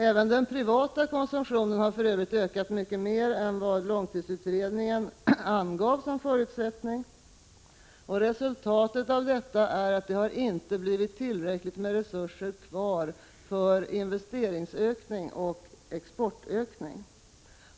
Även den privata konsumtionen har för övrigt ökat mycket mer än vad långtidsutredningen angav som förutsättning, och resultatet av detta är att det inte har blivit tillräckligt med resurser kvar för investeringsökning och exportökning.